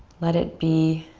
let it be